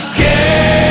game